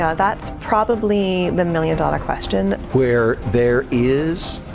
ah that's probably the million dollar question. where there is